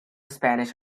spanish